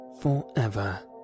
forever